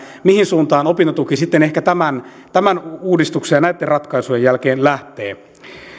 mihin suuntaan opintotuki ehkä tämän tämän uudistuksen ja näitten ratkaisujen jälkeen lähtee